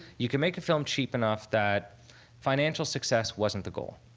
you can make a film cheap enough that financial success wasn't the goal.